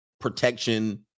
protection